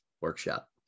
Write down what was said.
workshop